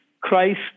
Christ